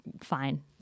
fine